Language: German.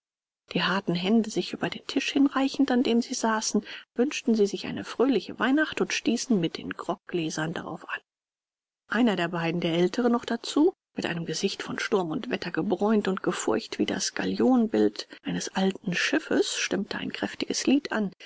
die harten hände sich über den tisch hinreichend an dem sie saßen wünschten sie sich eine fröhliche weihnacht und stießen mit den groggläsern darauf an und einer der beiden der aeltere noch dazu mit einem gesicht von sturm und wetter gebräunt und gefurcht wie das gallionbild eines alten schiffes stimmte ein kräftiges lied an